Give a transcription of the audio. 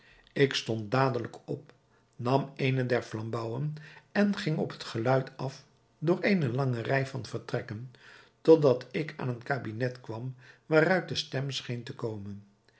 ik stond dadelijk op nam eene der flambouwen en ging op het geluid af door eene lange rij van vertrekken tot dat ik aan een kabinet kwam waaruit de stem scheen te komen